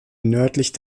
nördlich